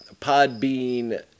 Podbean